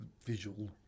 visual